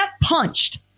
punched